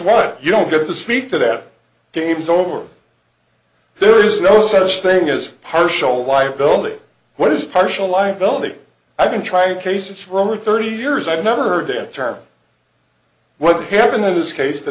what you don't get to speak to that game's over there is no such thing as partial liability what is partial liability i've been trying cases from in thirty years i've never heard that term what happened in this case the